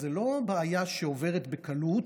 וזו לא בעיה שעוברת בקלות,